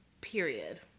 Period